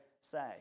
say